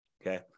Okay